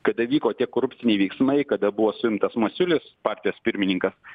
kada vyko tiek korupciniai veiksmai kada buvo suimtas masiulis partijos pirmininkas